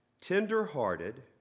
Tender-hearted